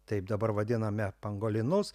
taip dabar vadiname pangolinus